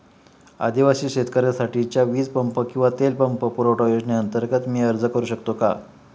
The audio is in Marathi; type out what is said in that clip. आदिवासी शेतकऱ्यांसाठीच्या वीज पंप किंवा तेल पंप पुरवठा योजनेअंतर्गत मी अर्ज करू शकतो का?